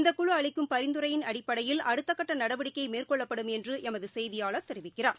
இந்தக்குழுஅளிக்கும் பரிந்துரையின் அடிப்படையில் அடுத்தகட்டநடவடிக்கைமேற்கொள்ளப்படும் என்றுஎமதுசெய்தியாளர் தெரிவிக்கிறார்